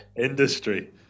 Industry